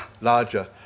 larger